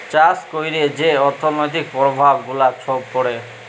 চাষ ক্যইরে যে অথ্থলৈতিক পরভাব গুলা ছব পড়ে